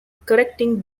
correcting